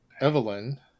Evelyn